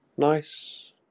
Nice